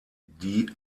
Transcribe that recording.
die